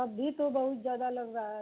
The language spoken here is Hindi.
अभी तो बहुत ज़्यादा लग रहा है